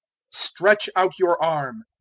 stretch out your arm.